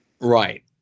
Right